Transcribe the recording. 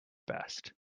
best